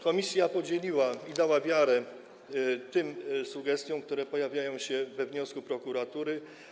Komisja podzieliła te sugestie, dała wiarę tym sugestiom, które pojawiają się we wniosku prokuratury.